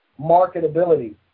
marketability